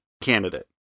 candidate